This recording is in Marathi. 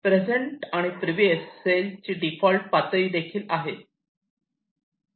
प्रेझेंट आणि प्रिव्हिएस सेल ची डीफॉल्ट पातळी देखील आहेत